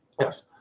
yes